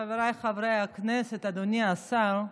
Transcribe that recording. חבריי חברי הכנסת, אדוני השר,